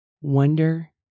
Wonder